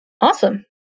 Awesome